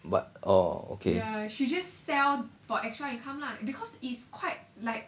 what orh okay